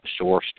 sourced